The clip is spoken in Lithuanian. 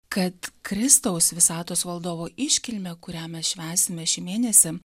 kad kristaus visatos valdovo iškilmę kurią mes švęsime šį mėnesį